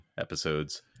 episodes